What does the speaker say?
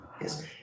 Yes